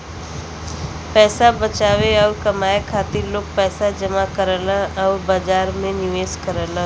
पैसा बचावे आउर कमाए खातिर लोग पैसा जमा करलन आउर बाजार में निवेश करलन